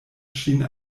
ŝin